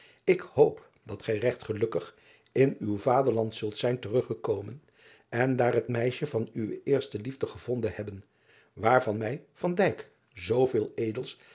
ik hoop dat gij regt gelukkig in uw vaderland zult zijn te driaan oosjes zn et leven van aurits ijnslager ruggekomen en daar het meisje van uwe eerste liefde gevonden hebben waarvan mij